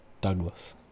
Douglas